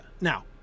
Now